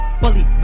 bully